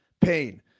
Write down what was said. pain